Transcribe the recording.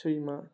सैमा